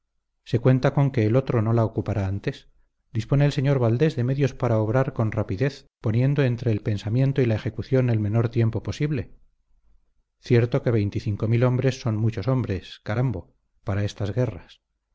se cuenta con que el otro no la ocupará antes dispone el sr valdés de medios para obrar con rapidez poniendo entre el pensamiento y la ejecución el menor tiempo posible cierto que veinticinco mil hombres son muchos hombres carambo para estas guerras